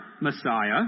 Messiah